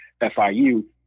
FIU